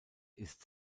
ist